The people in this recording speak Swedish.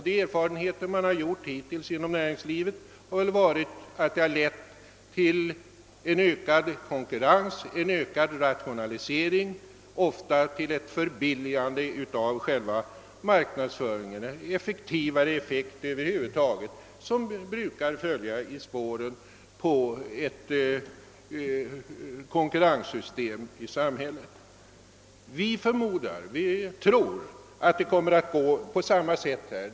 De erfarenheter man har gjort hittills inom näringslivet har väl varit, att det har lett till en ökad konkurrens, en ökad rationalisering och ofta ett förbilligande av själva marknadsföringen, över huvud taget till en större effektivitet, som brukar följa i spåren på ett konkurrenssystem i samhället. Vi tror att det kommer att gå på samma sätt här.